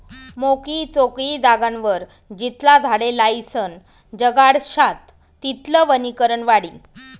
मोकयी चोकयी जागावर जितला झाडे लायीसन जगाडश्यात तितलं वनीकरण वाढी